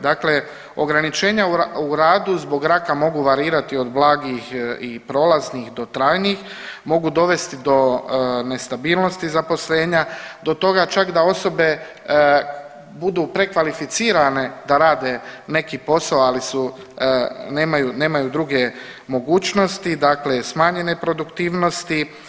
Dakle, ograničenja u radu zbog raka mogu varirati zbog blagih i prolaznih do trajnih, mogu dovesti do nestabilnosti zaposlenja, do toga čak da osobe budu prekvalificirane da rade neki posao ali nemaju druge mogućnosti, dakle smanjene produktivnosti.